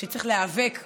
שצריך להיאבק בעוני.